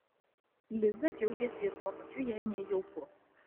liza džiaugiasi ir tuo pačiu jai nejauku